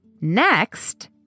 Next